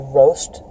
roast